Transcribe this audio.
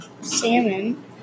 salmon